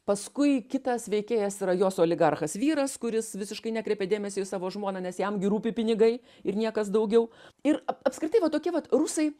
paskui kitas veikėjas yra jos oligarchas vyras kuris visiškai nekreipia dėmesio į savo žmoną nes jam gi rūpi pinigai ir niekas daugiau ir ap apskritai va tokie vat rusai